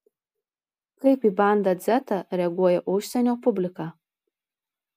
kaip į bandą dzetą reaguoja užsienio publika